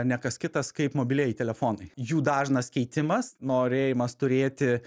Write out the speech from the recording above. ne kas kitas kaip mobilieji telefonai jų dažnas keitimas norėjimas turėti